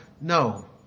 no